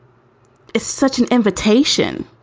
it's such an invitation.